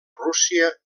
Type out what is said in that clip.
rússia